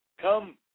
come